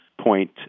point